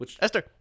Esther